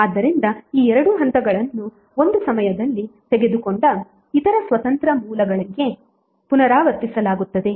ಆದ್ದರಿಂದ ಈ 2 ಹಂತಗಳನ್ನು ಒಂದು ಸಮಯದಲ್ಲಿ ತೆಗೆದುಕೊಂಡ ಇತರ ಸ್ವತಂತ್ರ ಮೂಲಗಳಿಗೆ ಪುನರಾವರ್ತಿಸಲಾಗುತ್ತದೆ